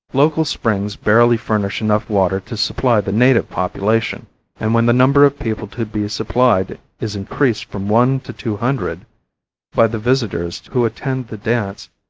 local springs barely furnish enough water to supply the native population and when the number of people to be supplied is increased from one to two hundred by the visitors who attend the dance,